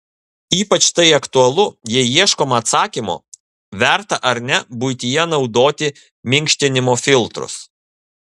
ypač tai aktualu jei ieškoma atsakymo verta ar ne buityje naudoti minkštinimo filtrus